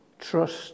trust